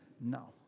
No